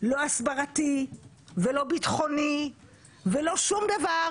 לא הסברתי ולא ביטחוני ולא שום דבר